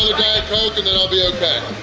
coke and then i'll be okay.